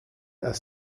aus